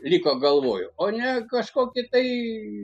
liko galvoj o ne kažkokį tai